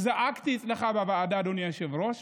זעקתי אצלך בוועדה, אדוני היושב-ראש.